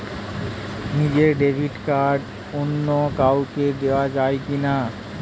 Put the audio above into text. নিজের debit card অন্য কাউকে দেওয়া যায় কি না?